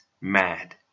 mad